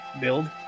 build